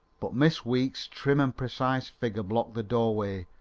but miss weeks' trim and precise figure blocked the doorway,